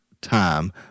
time